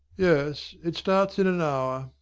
yes it starts in an hour.